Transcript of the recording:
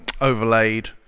overlaid